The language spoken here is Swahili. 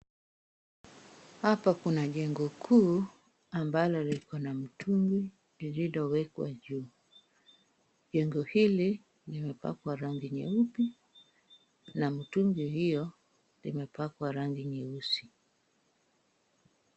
Hapa kuna jengo kuu ambalo liko na mtungi lililowekwa juu, jengo hili limepakwa rangi nyeupe na mtungi hiyo imepakwa rangi nyeusi.